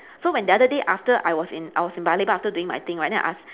so when the other day after I was in I was in paya-lebar after doing my thing right then I ask